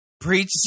preach